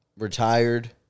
Retired